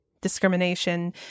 Discrimination